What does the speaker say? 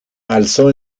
alzó